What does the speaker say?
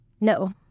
No